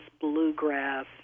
bluegrass